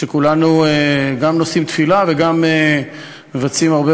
שבהם כולנו גם נושאים תפילה וגם מבצעים הרבה